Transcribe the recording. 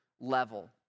level